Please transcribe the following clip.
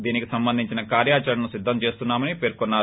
ద్నికి సంబంధించిన కార్యాచరణను సిద్దం చేస్తున్నామని పేర్కొన్నారు